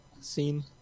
scene